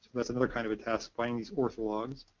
that's another kind of of task, find these orthologs.